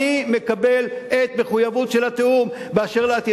אני מקבל את המחויבות של התיאום באשר לעתיד.